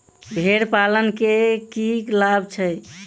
भेड़ पालन केँ की लाभ छै?